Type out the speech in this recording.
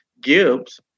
Gibbs